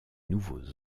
nouveaux